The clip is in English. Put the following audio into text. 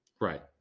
Right